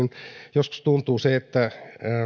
joskus tuntuu että